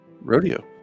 Rodeo